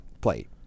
play